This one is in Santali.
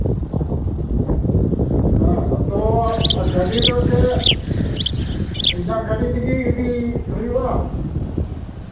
ᱦᱮᱸ ᱟᱫᱚ ᱜᱟᱹᱰᱤ ᱫᱚ ᱪᱮᱫ ᱤᱧᱟᱹᱜ ᱜᱟᱹᱰᱤ ᱛᱮᱜᱮ ᱤᱫᱤ ᱦᱩᱭᱩᱜᱼᱟ